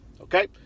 okay